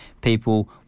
people